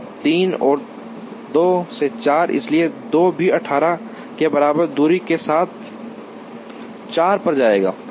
3 और 2 से 4 इसलिए 2 भी 18 के बराबर दूरी के साथ 4 पर जाएंगे